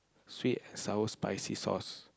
sweet sour spicy sauce